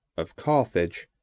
of carthage,